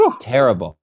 Terrible